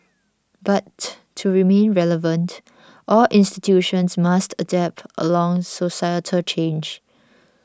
but to remain relevant all institutions must adapt along societal change